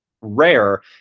rare